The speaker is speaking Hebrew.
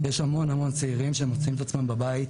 יש המון צעירים שמוצאים את עצמם חזרה בבית